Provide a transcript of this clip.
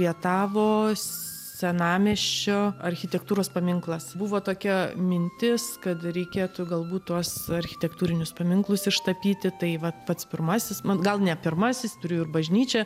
rietavo senamiesčio architektūros paminklas buvo tokia mintis kad reikėtų galbūt tuos architektūrinius paminklus ištapyti tai vat pats pirmasis man gal ne pirmasis turėjo ir bažnyčią